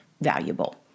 valuable